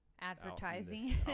Advertising